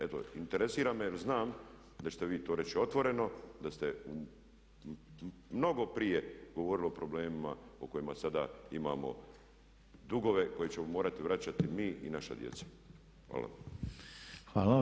Eto interesira me jer znam da ćete vi to reći otvoreno, da ste u mnogo prije govorili o problemima o kojima sada imamo dugove koje ćemo morati vraćati mi i naša djeca.